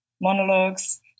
monologues